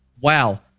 Wow